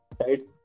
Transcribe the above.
right